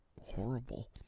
horrible